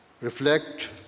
reflect